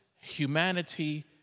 humanity